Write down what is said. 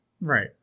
Right